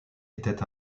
était